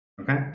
Okay